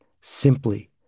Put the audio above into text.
simply